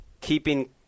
keeping